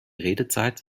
redezeit